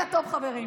לילה טוב, חברים.